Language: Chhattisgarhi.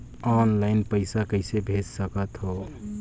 ऑनलाइन पइसा कइसे भेज सकत हो?